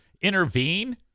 intervene